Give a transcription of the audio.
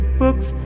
books